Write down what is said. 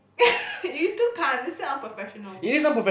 you still can't it's too unprofessional